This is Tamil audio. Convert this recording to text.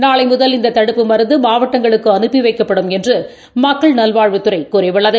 நாளைமுகல் இந்தகடுப்புப் மருந்துமாவட்டஙகளுக்குஅனுப்பிவைக்கப்படும் என்றுமக்கள் நல்வாழ்வுத்துறைகூறியுள்ளது